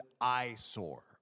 eyesore